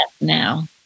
now